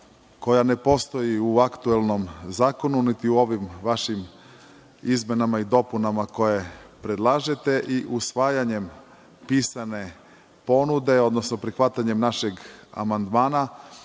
koja ne postoji u aktuelnom zakonu, niti u ovim vašim izmenama i dopunama koje predlažete i usvajanjem pisane ponude, odnosno prihvatanjem našeg amandmana,